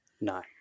no